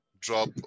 drop